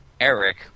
Eric